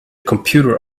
computer